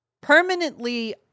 permanently